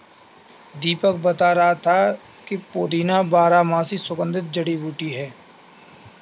दीपक बता रहा था कि पुदीना बारहमासी सुगंधित जड़ी बूटी है